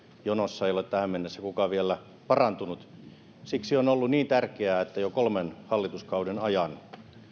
jonossa ei ole tähän mennessä kukaan vielä parantunut on siksi ollut niin tärkeää että jo kolmen hallituskauden ajan